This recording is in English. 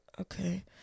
Okay